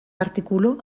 artikulu